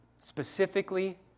Specifically